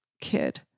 kid